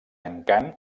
encant